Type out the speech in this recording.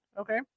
okay